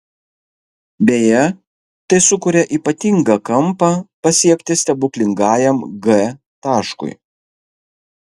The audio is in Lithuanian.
beje tai sukuria ypatingą kampą pasiekti stebuklingajam g taškui